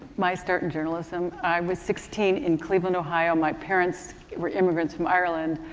my start in journalism. i was sixteen in cleveland, ohio. my parents were immigrants from ireland.